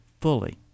fully